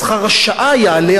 שכר השעה יעלה,